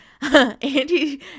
Andy